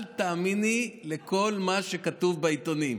אל תאמיני לכל מה שכתוב בעיתונים.